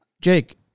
Jake